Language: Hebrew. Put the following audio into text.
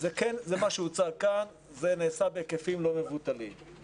זה מה שהוצג כאן ונעשה בהיקפים לא מבוטלים,